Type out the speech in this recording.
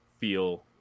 feel –